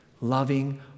loving